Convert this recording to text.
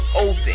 Open